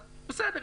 אז בסדר,